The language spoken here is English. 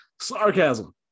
sarcasm